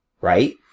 Right